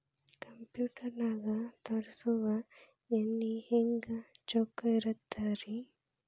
Computer ನಾಗ ತರುಸುವ ಎಣ್ಣಿ ಹೆಂಗ್ ಚೊಕ್ಕ ಇರತ್ತ ರಿ?